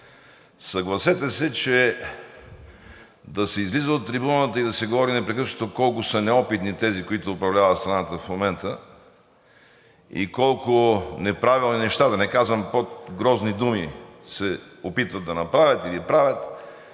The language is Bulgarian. Съгласете се, че да се излиза на трибуната и да се говори непрекъснато колко са неопитни тези, които управляват страната в момента, и колко неправилни, да не казвам по-грозни думи, се опитват да направят или правят,